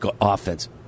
offense